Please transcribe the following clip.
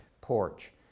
porch